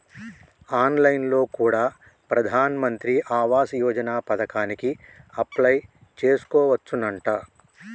on line లో కూడా ప్రధాన్ మంత్రి ఆవాస్ యోజన పథకానికి అప్లై చేసుకోవచ్చునంట